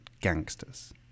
gangsters